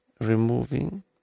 removing